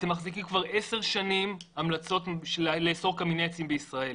אתם מחזיקים כבר 10 שנים המלצות לאסור קמיני עצים בישראל,